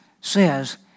says